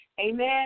Amen